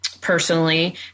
personally